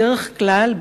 בדרך כלל,